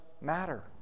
matter